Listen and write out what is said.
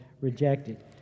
rejected